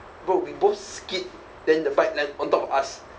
bro we both skid then the bike land on top of us